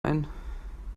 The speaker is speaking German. ein